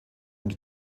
und